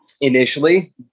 initially